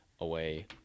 away